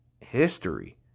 history